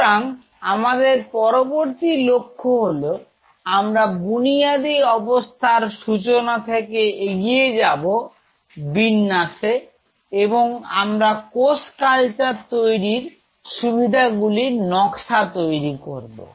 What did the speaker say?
সুতরাং আমাদের পরবর্তী লক্ষ্য হলো আমরা এই বুনিয়াদি অবস্থার সূচনা থেকে এগিয়ে যাব বিন্যাস এ এবং আমরা কোষ কালচার তৈরীর সুবিধাগুলির নকশা তৈরি করব